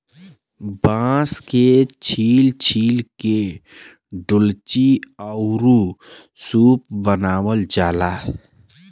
बांस के छील छील के डोल्ची आउर सूप बनावल जाला